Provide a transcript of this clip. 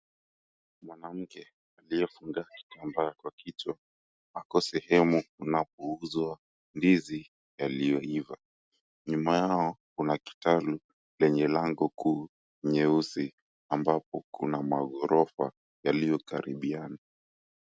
Mwanamke aliyefunga kitambaa kwa kichwa, ako sehemu panapouzwa ndizi yaliyoiva. Nyuma yao kuna kitaru lenye lango kuu nyeusi ambapo kuna maghorofa yaliyokaribiana.